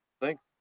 Thanks